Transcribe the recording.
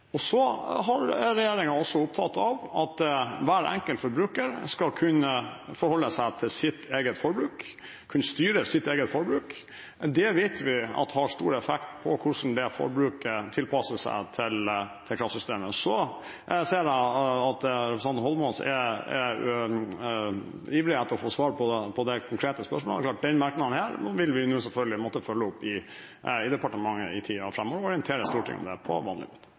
også opptatt av at hver enkelt forbruker skal kunne forholde seg til sitt eget forbruk, kunne styre sitt eget forbruk. Det vet vi har stor effekt på hvordan forbruket tilpasser seg kraftsystemet. Så ser jeg at representanten Eidsvoll Holmås er ivrig etter å få svar på det konkrete spørsmålet. Denne merknaden vil vi nå selvfølgelig måtte følge opp i departementet i tiden framover og orientere Stortinget om det på vanlig måte.